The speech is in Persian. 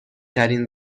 ترین